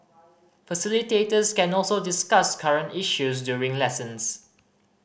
facilitators can also discuss current issues during lessons